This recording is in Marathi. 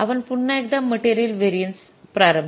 आपण पुन्हा एकदा मटेरियल व्हेरिएन्सेस प्रारंभ करू